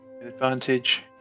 advantage